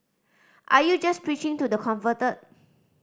are you just preaching to the converted